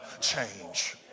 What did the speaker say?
change